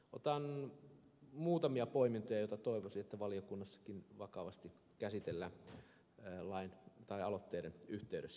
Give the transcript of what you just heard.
otan muutamia poimintoja ja toivoisin että näitä asioita valiokunnassakin vakavasti käsitellään aloitteiden yhteydessä